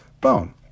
bone